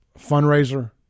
fundraiser